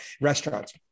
restaurants